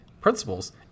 principles